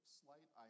slight